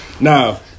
Now